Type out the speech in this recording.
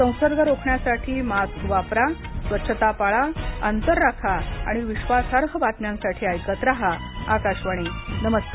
संसर्ग रोखण्यासाठी मास्क वापरा स्वच्छता पाळा अंतर राखा आणि विश्वासार्ह बातम्यांसाठी ऐकत रहा आकाशवाणी नमस्कार